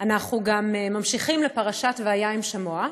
אנחנו גם ממשיכים לפרשת והיה אם שמוע,